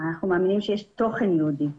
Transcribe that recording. אנחנו מאמינם שיש תוכן יהודי,